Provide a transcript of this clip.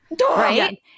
right